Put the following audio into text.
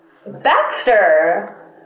Baxter